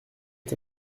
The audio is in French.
est